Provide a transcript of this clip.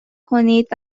کنید